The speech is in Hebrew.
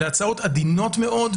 אלה הצעות עדינות מאוד,